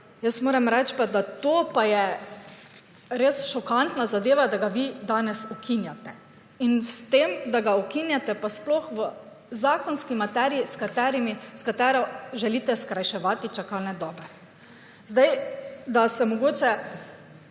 Jaz moram reči pa da, to pa je res šokantna zadeva, da ga vi danes ukinjate in s tem, da ga ukinjate, pa sploh v zakonski materiji, s katero želite skrajševati čakalne dobe. Zdaj, da se mogoče